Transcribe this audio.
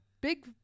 big